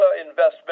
investment